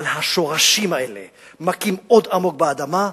אבל השורשים האלה מכים עמוק באדמה.